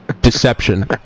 Deception